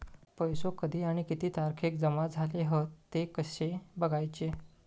पैसो कधी आणि किती तारखेक जमा झाले हत ते कशे बगायचा?